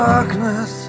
Darkness